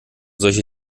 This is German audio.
solche